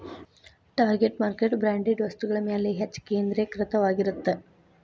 target market branded ವಸ್ತುಗಳ ಮ್ಯಾಲೆ ಹೆಚ್ಚ್ ಕೇಂದ್ರೇಕೃತವಾಗಿರತ್ತ